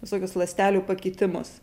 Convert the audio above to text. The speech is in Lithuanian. visokius ląstelių pakitimus